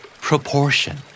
Proportion